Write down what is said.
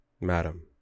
madam